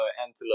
antelope